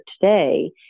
today